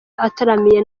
ataramiye